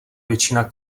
většina